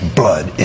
blood